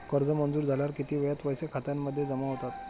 कर्ज मंजूर झाल्यावर किती वेळात पैसे खात्यामध्ये जमा होतात?